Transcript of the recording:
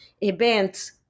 event